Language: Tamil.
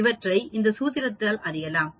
அவற்றை இந்த சூத்திரத்தால் அணியலாம்